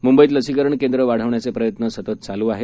मुंबईत लसीकरण केंद्र वाढवण्याचे प्रयत्न सतत चालू आहेत